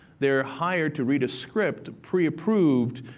they're hired to read a script, pre-approved.